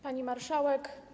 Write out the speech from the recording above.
Pani Marszałek!